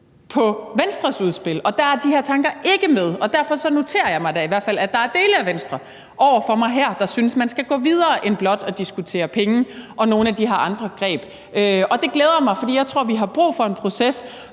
på Venstres udspil, og der er de her tanker ikke med, og derfor noterer jeg mig da i hvert fald, at der er dele af Venstre, der sidder over for mig her, der synes, at man skal gå videre end til blot at diskutere penge, men også nogle af de her andre greb. Og det glæder mig, for jeg tror, at vi har brug for en proces,